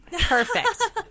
Perfect